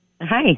Hi